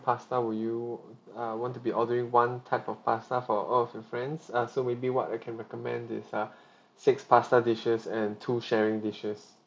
pasta will you uh want to be ordering one type of pasta for all of your friends uh so maybe what I can recommend is uh six pasta dishes and two sharing dishes